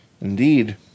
Indeed